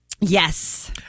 Yes